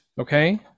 okay